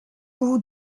vous